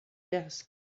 desk